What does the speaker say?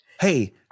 Hey